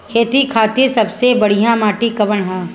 खेती खातिर सबसे बढ़िया माटी कवन ह?